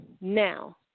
now